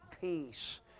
peace